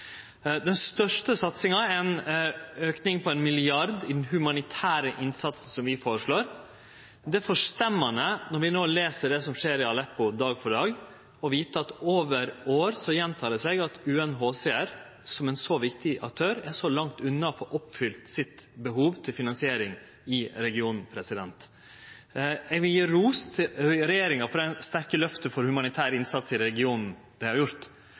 Den største satsinga vi føreslår, er ein auke på 1 mrd. kr i den humanitære innsatsen. Det er forstemmande når vi les om det som skjer i Aleppo dag for dag, å vite at det over år gjentek seg at UNHCR, som ein så viktig aktør, er så langt unna å få oppfylt behovet for finansiering i regionen. Eg vil gje ros til regjeringa for det sterke løftet for humanitær innsats i regionen, men det